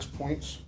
points